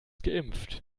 geimpft